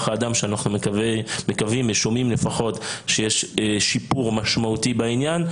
האדם שאנחנו מקווים ושומעים לפחות שיש שיפור משמעותי בעניין,